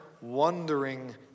wondering